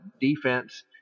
defense